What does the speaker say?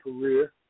career